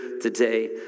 today